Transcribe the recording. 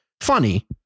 funny